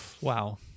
Wow